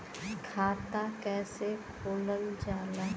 खाता कैसे खोलल जाला?